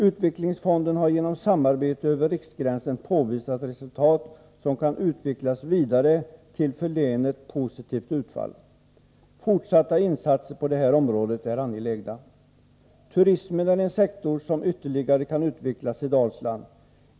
Utvecklingsfonden har genom samarbete över riksgränsen påvisat resultat som kan utvecklas vidare till för länet positivt utfall. Fortsatta insatser på det här området är angelägna. Turismen är en sektor som ytterligare kan utvecklas i Dalsland.